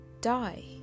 die